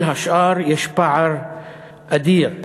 כל השאר, יש פער אדיר.